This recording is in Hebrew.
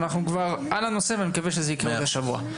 אנחנו כבר על הנושא ואני מקווה שזה ייקרה עוד השבוע.